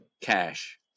cash